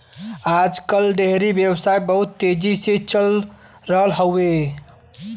आज कल डेयरी व्यवसाय बहुत तेजी से चल रहल हौवे